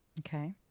Okay